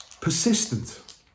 persistent